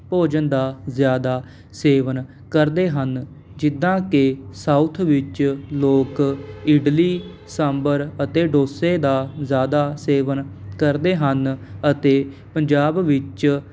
ਭੋਜਨ ਦਾ ਜ਼ਿਆਦਾ ਸੇਵਨ ਕਰਦੇ ਹਨ ਜਿੱਦਾਂ ਕਿ ਸਾਊਥ ਵਿੱਚ ਲੋਕ ਇਡਲੀ ਸਾਂਬਰ ਅਤੇ ਡੋਸੇ ਦਾ ਜ਼ਿਆਦਾ ਸੇਵਨ ਕਰਦੇ ਹਨ ਅਤੇ ਪੰਜਾਬ ਵਿੱਚ